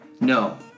No